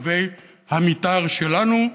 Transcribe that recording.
מקווי המתאר שלנו.